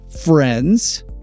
friends